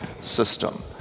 system